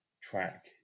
track